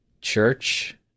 church